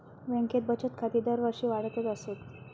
बँकेत बचत खाती दरवर्षी वाढतच आसत